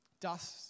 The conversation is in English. Dust